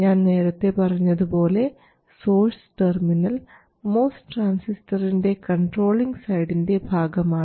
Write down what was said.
ഞാൻ നേരത്തെ പറഞ്ഞതുപോലെ സോഴ്സ് ടെർമിനൽ മോസ് ട്രാൻസിസ്റ്ററിൻറെ കൺട്രോളിങ് സൈഡിൻറെ ഭാഗമാണ്